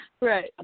Right